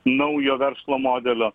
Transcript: naujo verslo modelio